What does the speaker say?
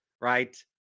Right